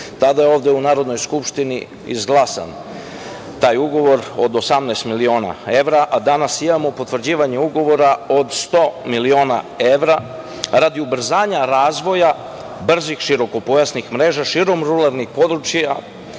Tada je ovde u Narodnoj Skupštini izglasan taj ugovor od 18 miliona evra, a danas imamo potvrđivanje ugovora od 100 miliona evra, radi ubrzanja razvoja brzih širokopojasnih mreža širom ruralnih područja,